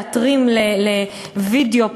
להתרים לווידיאו,